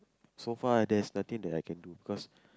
so far there's nothing that I can do cause